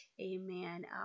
amen